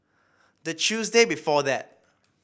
the Tuesday before that